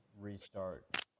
restart